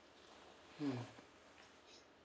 mm